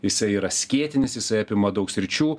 jisai yra skėtinis jisai apima daug sričių